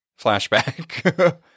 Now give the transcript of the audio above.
flashback